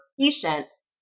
patients